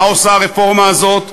מה עושה הרפורמה הזו?